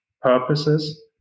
purposes